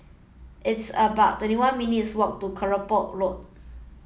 it's about twenty one minutes' walk to Kelopak Road